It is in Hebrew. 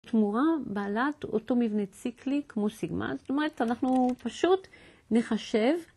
תמורה בעלת אותו מבנה ציקלי כמו סיגמאס, זאת אומרת, אנחנו פשוט נחשב.